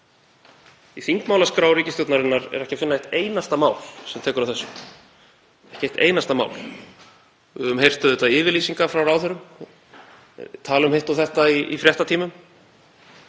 Í þingmálaskrá ríkisstjórnarinnar er ekki að finna eitt einasta mál sem tekur á þessu, ekki eitt einasta mál. Við höfum auðvitað heyrt yfirlýsingar frá ráðherrum. Þau tala um hitt og þetta í fréttatímum